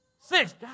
Six